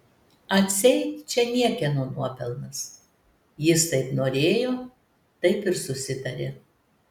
atseit čia niekieno nuopelnas jis taip norėjo taip ir susitarė